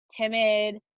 timid